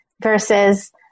versus